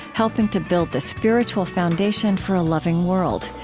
helping to build the spiritual foundation for a loving world.